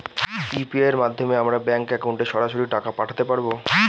UPI এর মাধ্যমে আমরা ব্যাঙ্ক একাউন্টে সরাসরি টাকা পাঠাতে পারবো?